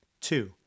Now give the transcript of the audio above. Two